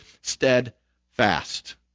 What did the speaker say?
steadfast